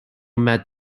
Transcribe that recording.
met